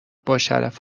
باشرف